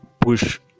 push